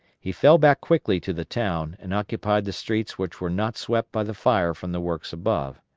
he fell back quickly to the town and occupied the streets which were not swept by the fire from the works above.